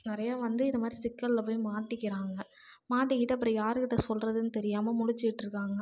நிறையா வந்து இதைமாரி சிக்கல்ல போய் மாட்டிக்கிறாங்க மாட்டிக்கிட்டு அப்புறோம் யார்கிட்ட சொல்லுறதுன் தெரியாமல் முழிச்சிட்ருக்காங்க